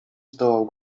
zdołał